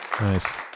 Nice